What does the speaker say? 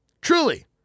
Truly